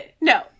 No